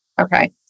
Okay